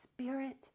Spirit